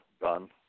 done